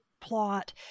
plot